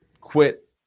quit